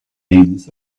names